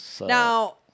Now